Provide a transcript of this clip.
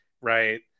right